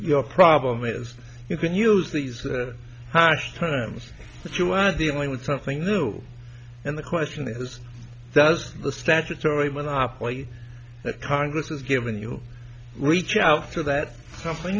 your problem is you can use these harsh terms but you are dealing with something new and the question is does the statutory monopoly that congress has given you reach out to that som